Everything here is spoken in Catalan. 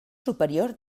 superior